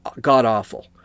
god-awful